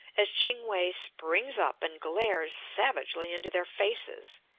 as ching-we springs up and glares savagely into their faces.